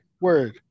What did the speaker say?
word